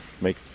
make